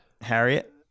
harriet